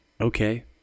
okay